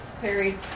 Perry